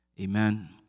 Amen